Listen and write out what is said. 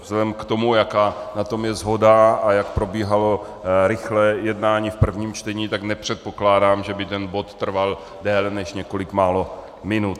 Vzhledem k tomu, jaká na tom je shoda a jak probíhalo rychlé jednání v prvním čtení, tak nepředpokládám, že by ten bod trval déle než několik málo minut.